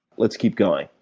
let's keep going.